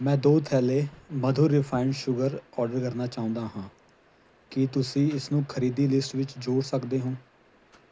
ਮੈਂ ਦੋ ਥੈਲੇ ਮਧੁਰ ਰਿਫਾਇੰਡ ਸ਼ੂਗਰ ਆਰਡਰ ਕਰਨਾ ਚਾਹੁੰਦਾ ਹਾਂ ਕੀ ਤੁਸੀਂ ਇਸ ਨੂੰ ਖਰੀਦੀ ਲਿਸਟ ਵਿੱਚ ਜੋੜ ਸਕਦੇ ਹੋ